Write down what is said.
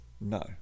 No